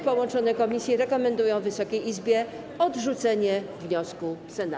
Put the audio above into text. Połączone komisje rekomendują Wysokiej Izbie odrzucenie wniosku Senatu.